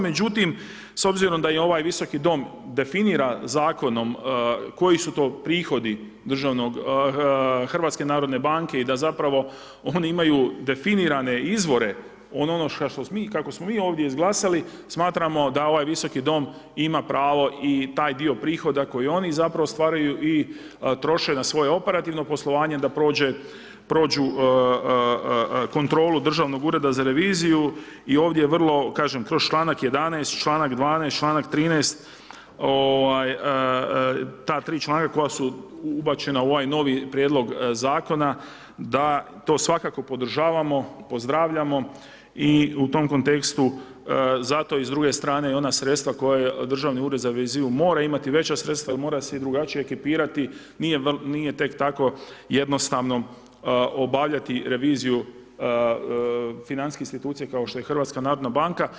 Međutim, s obzirom da i ovaj Visoki dom definira zakonom koji su to prihodi državnog, HNB-a i da zapravo oni imaju definirane izvore od onoga kako smo mi ovdje izglasali smatramo da ovaj Visoki dom ima pravo i taj dio prihoda koji oni zapravo stvaraju i troše na svoje operativno poslovanje da prođu kontrolu državnog ureda za reviziju i ovdje je vrlo, kažem kroz članak 11., članak 12., članak 13. ta tri članka koja su ubačena u ovaj novi prijedlog zakona da to svakako podržavamo, pozdravljamo i u tom kontekstu zato i s druge strane i ona sredstva koja Državni ured za reviziju mora imati veća sredstva jer mora se i drugačije ekipirati nije tek tako jednostavno obavljati reviziju financijske institucije kao što je HNB.